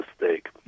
mistake